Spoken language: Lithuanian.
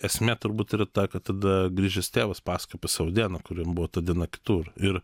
esmė turbūt yra ta kad tada grįžęs tėvas pasakoja apie savo dieną kur jam buvo ta diena kitur ir